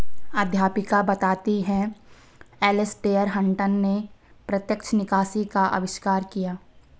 अध्यापिका बताती हैं एलेसटेयर हटंन ने प्रत्यक्ष निकासी का अविष्कार किया